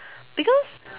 because